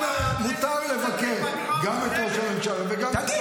מותר לבקר גם את ראש הממשלה וגם את השופט עמית.